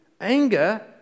Anger